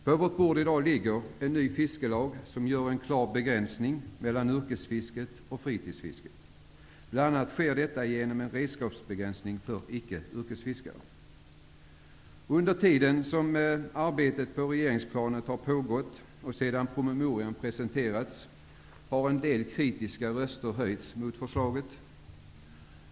På vårt bord ligger i dag en ny fiskelag, i vilken det görs en klar begränsning av fritidsfisket i förhållande till yrkesfisket. Bl.a. sker detta genom en redskapsbegränsning för icke yrkesfiskare. Under tiden som arbetet på regeringsplanet har pågått och sedan promemorian presenterats har en del kritiska röster höjts mot förslaget.